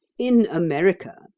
in america,